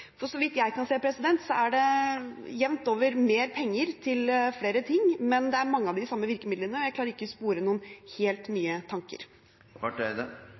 Så vidt jeg kan se, er det jevnt over mer penger til flere ting, men mange av de samme virkemidlene. Jeg klarer ikke å spore noen helt nye